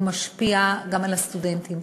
הוא משפיע גם על הסטודנטים,